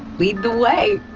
lead the way